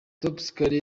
topolcany